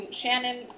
Shannon